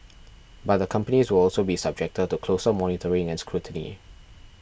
but the companies will also be subjected to closer monitoring and scrutiny